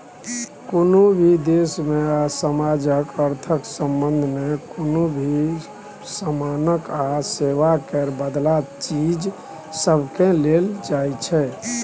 कुनु भी देश में आ समाजक अर्थक संबंध में कुनु भी समानक आ सेवा केर बदला चीज सबकेँ लेल जाइ छै